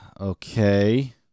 Okay